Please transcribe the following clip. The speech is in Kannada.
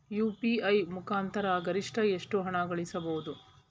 ಯು.ಪಿ.ಐ ಮುಖಾಂತರ ಗರಿಷ್ಠ ಎಷ್ಟು ಹಣ ಕಳಿಸಬಹುದು?